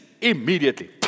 immediately